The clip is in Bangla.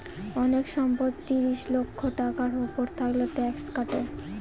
অনেক সম্পদ ত্রিশ লক্ষ টাকার উপর থাকলে ট্যাক্স কাটে